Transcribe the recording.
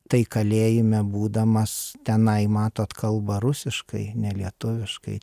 tai kalėjime būdamas tenai matot kalba rusiškai nelietuviškai